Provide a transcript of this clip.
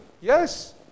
Yes